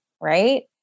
Right